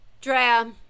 Drea